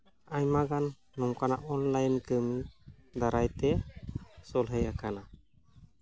ᱟᱭᱢᱟ ᱜᱟᱱ ᱱᱚᱝᱠᱟᱱᱟᱜ ᱚᱱᱞᱟᱭᱤᱱ ᱠᱟᱹᱢᱤ ᱫᱟᱨᱟᱭ ᱛᱮ ᱥᱚᱞᱦᱮ ᱟᱠᱟᱱᱟ